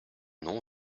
nom